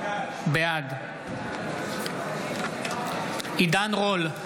בעד עידן רול,